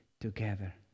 together